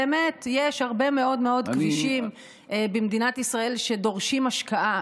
באמת יש הרבה מאוד מאוד כבישים במדינת ישראל שדורשים השקעה,